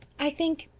i think,